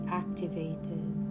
activated